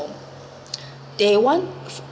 they want